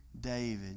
David